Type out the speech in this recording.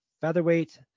Featherweight